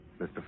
Mr